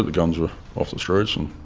guns were off the streets and